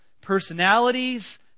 personalities